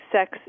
sex